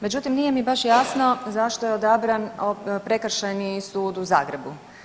Međutim, nije mi baš jasno zašto je odabran Prekršajni sud u Zagrebu.